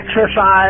exercise